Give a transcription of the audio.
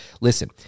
Listen